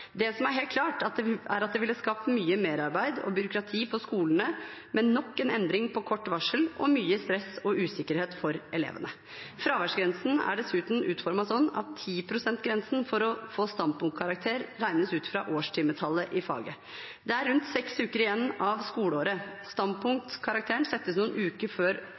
Det som er helt klart, er at det ville skapt mye merarbeid og byråkrati for skolene med nok en endring på kort varsel, og mye stress og usikkerhet for elevene. Fraværsgrensen er dessuten utformet slik at 10 pst.-grensen for å få standpunktkarakter regnes ut fra årstimetallet i faget. Det er rundt seks uker igjen av skoleåret. Standpunktkarakteren settes noen uker før